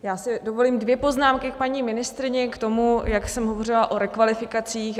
Já si dovolím dvě poznámky k paní ministryni, k tomu, jak jsem hovořila o rekvalifikacích.